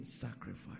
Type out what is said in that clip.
sacrifice